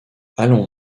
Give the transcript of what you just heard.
allons